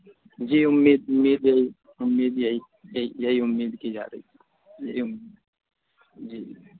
جی امید امید یہی امید یہی یہی یہی امید کی جا رہی ہے یہی جی